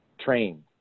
train